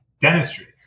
dentistry